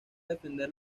defender